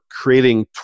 creating